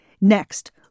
Next